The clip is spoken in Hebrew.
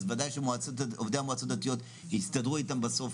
אז ודאי שעובדי המועצות הדתיות הסתדרו איתם בסוף.